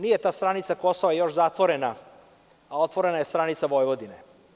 Nije ta stranica Kosova još zatvorena, a otvorena je stranica Vojvodine.